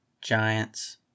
Giants